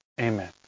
Amen